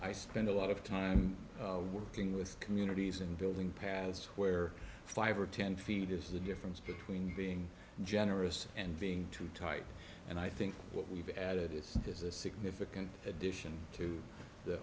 i spend a lot of time working with communities and building pads where five or ten feet is the difference between being generous and being too tight and i think what we've added is is a significant addition to the